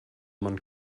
man